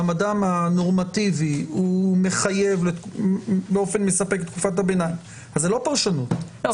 מעמדם הנורמטיבי הוא מחייב באופן מספק לתקופת הביניים אז זה לא פרשנות,